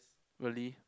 really